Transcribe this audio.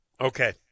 Okay